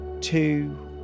Two